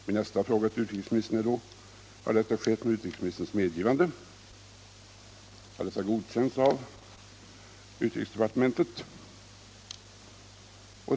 Min nästa fråga till utrikesministern är därför: Har detta skett med utrikesministerns medgivande, har detta godkänts av utrikesdepartementet?